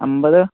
അൻപത്